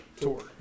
tour